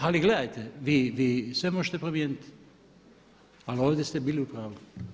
Ali gledajte vi sve možete promijeniti, ali ovdje ste bili u pravu.